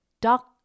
doc